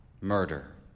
murder